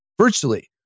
virtually